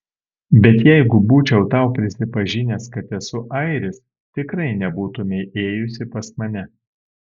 bet jeigu būčiau tau prisipažinęs kad esu airis tikrai nebūtumei ėjusi pas mane